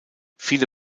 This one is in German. viele